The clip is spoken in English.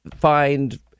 find